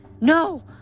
no